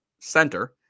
center